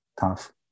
tough